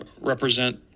represent